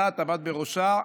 בראשה,